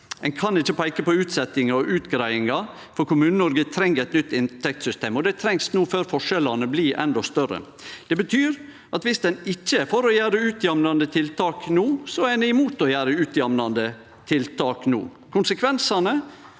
Ein kan ikkje peike på utsetjingar og utgreiingar, for Kommune-Noreg treng eit nytt inntektssystem, og det trengst no, før forskjellane blir endå større. Det betyr at viss ein ikkje er for å gjere utjamnande tiltak no, så er ein imot å gjere utjamnande tiltak no.